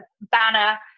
banner